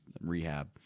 rehab